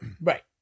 Right